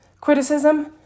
criticism